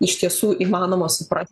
iš tiesų įmanoma suprasti